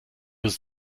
uns